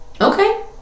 Okay